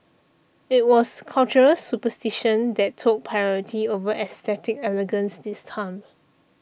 it was cultural superstition that took priority over aesthetic elegance this time